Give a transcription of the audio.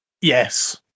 Yes